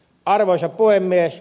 arvoisa puhemies